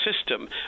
system